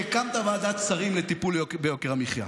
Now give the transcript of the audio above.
שהקמת ועדת שרים לטיפול ביוקר המחיה.